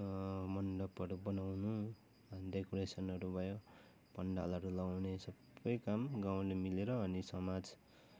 मन्डपहरू बनाउनु अनि डेकोरेसनहरू भयो पन्डालहरू लाउने सबै काम गाउँले मिलेर अनि समाज